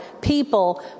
people